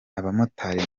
abamotari